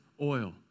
oil